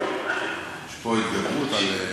יש פה התגברות על,